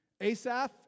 Asaph